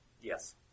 Yes